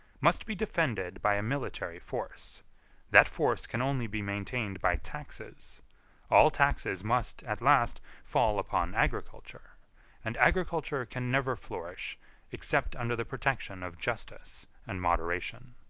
must be defended by a military force that force can only be maintained by taxes all taxes must, at last, fall upon agriculture and agriculture can never flourish except under the protection of justice and moderation.